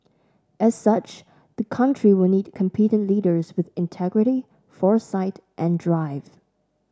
as such the country will need competent leaders with integrity foresight and drive